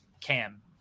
Cam